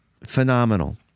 phenomenal